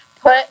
put